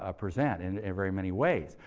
ah present in very many ways.